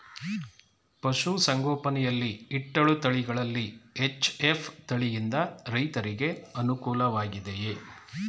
ಪಶು ಸಂಗೋಪನೆ ಯಲ್ಲಿ ಇಟ್ಟಳು ತಳಿಗಳಲ್ಲಿ ಎಚ್.ಎಫ್ ತಳಿ ಯಿಂದ ರೈತರಿಗೆ ಅನುಕೂಲ ವಾಗಿದೆಯೇ?